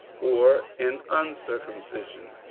or in uncircumcision?